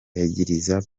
yagiriza